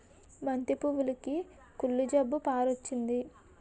బంతి పువ్వులుకి కుళ్ళు జబ్బు పారొచ్చింది